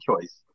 choice